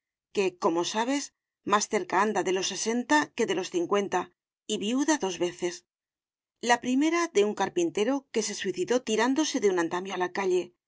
que como sabes más cerca anda de los sesenta que de los cincuenta y viuda dos veces la primera de un carpintero que se suicidó tirándose de un andamio a la calle